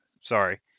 sorry